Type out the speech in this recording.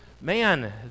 man